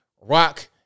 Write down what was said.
rock